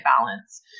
balance